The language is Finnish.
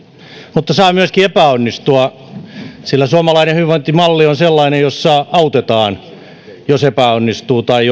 mutta saa myöskin epäonnistua sillä suomalainen hyvinvointimalli on sellainen jossa autetaan jos epäonnistuu tai